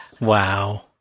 Wow